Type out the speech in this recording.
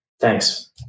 Thanks